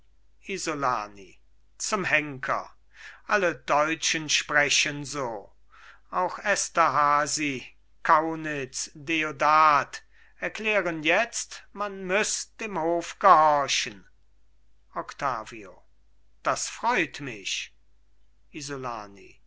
isolani zum henker alle deutschen sprechen so auch esterhazy kaunitz deodat erklären jetzt man müß dem hof gehorchen octavio das freut mich isolani